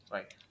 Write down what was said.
Right